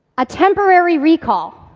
a temporary recall.